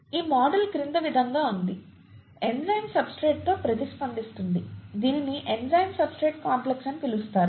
ఈ మోడల్ క్రింది విధంగా ఉంది ఎంజైమ్ సబ్స్ట్రేట్తో ప్రతిస్పందిస్తుంది దీనిని ఎంజైమ్ సబ్స్ట్రేట్ కాంప్లెక్స్ అని పిలుస్తారు